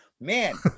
Man